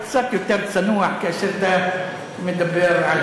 אני מציע לך להיות קצת יותר צנוע כאשר אתה מדבר על,